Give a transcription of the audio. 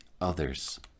others